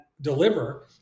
deliver